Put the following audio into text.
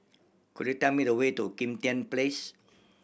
could you tell me the way to Kim Tian Place